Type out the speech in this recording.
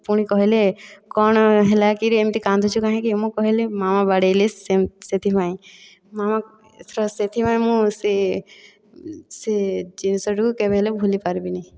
ପୁଣି କହିଲେ କ'ଣ ହେଲା କିରେ ଏମିତି କାନ୍ଦୁଛୁ କାହିଁକି ମୁଁ କହିଲି ମାମା ବାଡ଼େଇଲେ ସେଥିପାଇଁ ମାମା ସେଥର ସେଥିପାଇଁ ମୁଁ ସେ ସେ ଜିନିଷଟାକୁ କେବେ ହେଲେ ଭୁଲି ପାରିବିନି